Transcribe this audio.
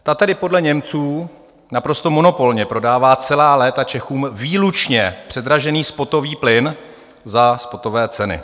Ta podle Němců naprosto monopolně prodává celá léta Čechům výlučně předražený spotový plyn za spotové ceny.